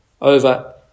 over